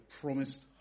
promised